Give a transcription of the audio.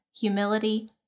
humility